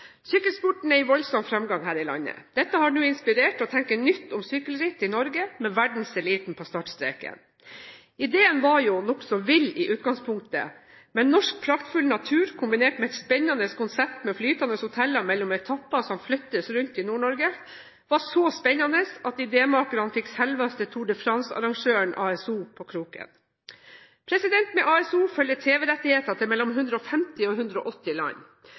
Sykkelsporten er i voldsom fremgang her i landet. Dette har nå inspirert til å tenke nytt om sykkelritt i Norge med verdenseliten på startstreken. Ideen var nokså vill i utgangspunktet, men norsk, praktfull natur kombinert med et spennende konsept med flytende hoteller som flyttes rundt i Nord-Norge mellom etappene, var så spennende at idémakerne fikk selveste Tour de France-arrangøren, A.S.O., på kroken. Med A.S.O. følger tv-rettigheter til mellom 150 og 180 land.